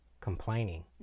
complaining